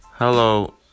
Hello